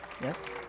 Yes